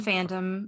Fandom